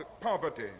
poverty